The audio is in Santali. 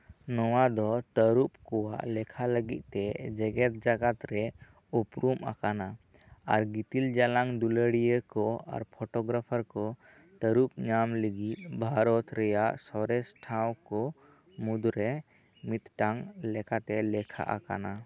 ᱱᱚᱶᱟ ᱫᱚ ᱛᱟᱹᱨᱩᱵ ᱠᱩᱣᱟᱜ ᱞᱮᱠᱷᱟ ᱞᱟᱹᱜᱤᱫ ᱛᱮ ᱡᱮᱜᱮᱫ ᱡᱟᱠᱟᱛ ᱨᱮ ᱩᱯᱨᱩᱢ ᱟᱠᱟᱱᱟ ᱟᱨ ᱜᱤᱛᱤᱞ ᱡᱟᱞᱟᱝ ᱫᱩᱞᱟᱹᱲᱤᱭᱟᱹ ᱠᱚ ᱟᱨ ᱯᱷᱚᱴᱚᱜᱨᱟᱯᱷᱟᱨ ᱠᱩ ᱛᱟᱹᱨᱩᱵ ᱧᱟᱢ ᱞᱟᱹᱜᱤᱫ ᱵᱷᱟᱨᱚᱛ ᱨᱮᱭᱟᱜ ᱥᱚᱨᱮᱥ ᱴᱷᱟᱶ ᱠᱩ ᱢᱩᱫᱨᱮ ᱢᱤᱫᱽᱴᱟᱝ ᱞᱮᱠᱟᱛᱮ ᱞᱮᱠᱷᱟ ᱟᱠᱟᱱᱟ